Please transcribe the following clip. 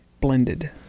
Blended